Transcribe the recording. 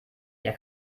der